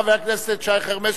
חבר הכנסת שי חרמש,